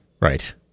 Right